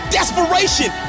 Desperation